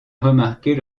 remarqués